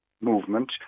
movement